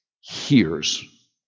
hears